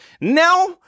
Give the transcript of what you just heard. Now